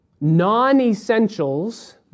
non-essentials